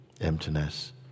emptiness